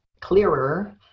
clearer